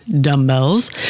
dumbbells